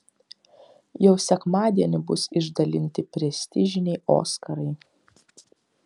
jau sekmadienį bus išdalinti prestižiniai oskarai